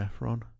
Efron